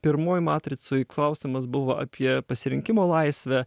pirmoj matricoj klausimas buvo apie pasirinkimo laisvę